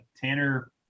Tanner